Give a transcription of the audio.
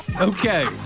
okay